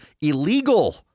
illegal